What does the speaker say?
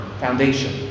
foundation